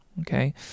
okay